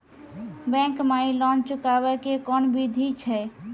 Bank माई loan चुकाबे के कोन बिधि छै?